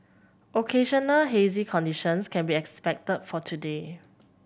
occasional hazy conditions can be expected for today